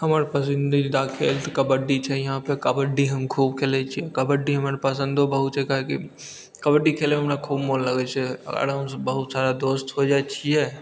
हमर पसन्दीदा खेल तऽ कबड्डी छै यहाँपर कबड्डी हम खूब खेलै छी कबड्डी हमरा पसन्दो बहुत छै काहेकि कबड्डी खेलैमे हमरा खूब मोन लागै छै आओर हमसभ बहुत सारा दोस्त हो जाइ छिए